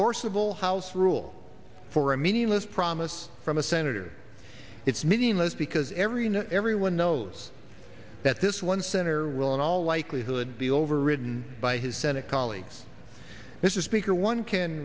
enforceable house rule for a meaningless promise from a senator it's meaningless because every now everyone knows that this one senator will in all likelihood be overridden by his senate colleagues this is speaker one can